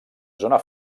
zona